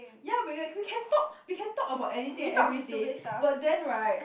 ya we we we can talk we can talk about anything and everything but then right